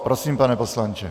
Prosím, pane poslanče.